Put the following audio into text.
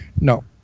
no